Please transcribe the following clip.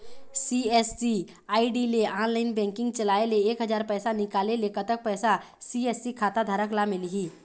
CSC ID ले online banking चलाए ले एक हजार पैसा निकाले ले कतक पैसा सी.एस.सी खाता धारक ला मिलही?